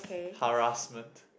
harassment